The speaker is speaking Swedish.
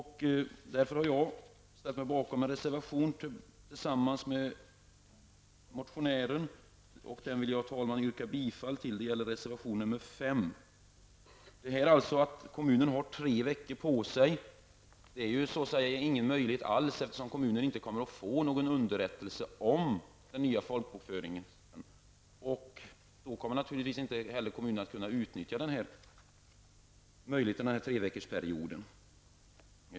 Herr talman! Jag har därför reserverat mig tillsammans med motionären. Jag yrkar bifall till reservation 5. Frågan gäller om kommunen skall ha tre veckor på sig. Det ger kommunen ingen möjlighet alls, eftersom kommunen inte får någon underrättelse om den nya folkbokföringen. Då kan inte heller kommunen utnyttja möjligheterna under denna treveckorsperiod.